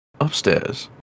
upstairs